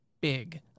big